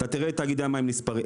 ואתה תראה את תאגידי המים נסגרים,